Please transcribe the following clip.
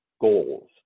goals